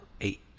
eight